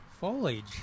foliage